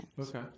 Okay